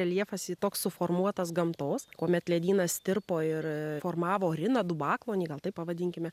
reljefas toks suformuotas gamtos kuomet ledynas tirpo ir formavo riną dubaklonį gal taip pavadinkime